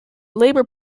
labour